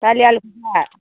दालि आलुखोनो जा